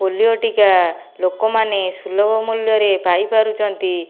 polio ଟୀକା ଲୋକମାନେ ସୁଲଭ ମୂଲ୍ୟରେ ପାଇପାରୁଛନ୍ତି